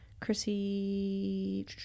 Chrissy